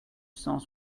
cent